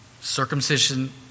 Circumcision